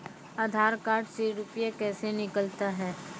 आधार कार्ड से रुपये कैसे निकलता हैं?